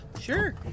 Sure